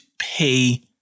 pay